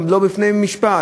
גם לא בפני בית-משפט.